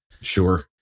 Sure